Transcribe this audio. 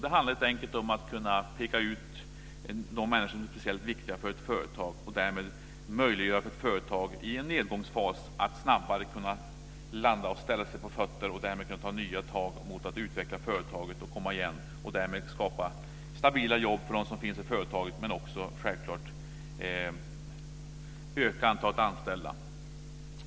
Det handlar helt enkelt om att kunna peka ut de människor som är speciellt viktiga för ett företag och därmed möjliggöra för ett företag att i en nedgångsfas snabbare landa och ställa sig på fötter och därmed ta nya tag för att utveckla företaget och komma igen och därmed skapa stabila jobb för dem som finns i företaget men också självklart öka antalet anställda.